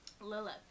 lilith